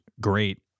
great